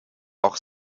auch